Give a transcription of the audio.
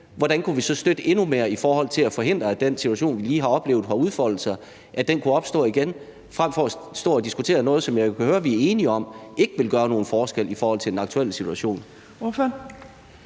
hvordan vi kunne støtte endnu mere i forhold til at forhindre, at den situation, vi lige har oplevet udfolde sig, kunne opstå igen, frem for at stå og diskutere noget, som jeg kan høre vi er enige om ikke vil gøre nogen forskel i forhold til den aktuelle situation?